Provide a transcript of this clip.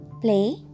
play